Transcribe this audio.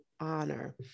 honor